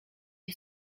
się